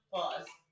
Pause